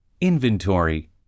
Inventory